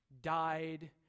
died